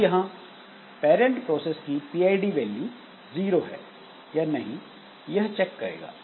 अब यहां parent process की pid वैल्यू जीरो है या नहीं यह चेक करेगा